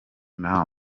nama